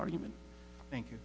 argument thank you